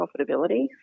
profitability